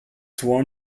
sworn